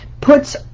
puts